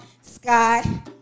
sky